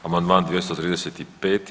Amandman 235.